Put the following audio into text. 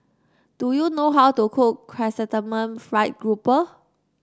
do you know how to cook Chrysanthemum Fried Grouper